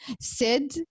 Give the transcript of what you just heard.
Sid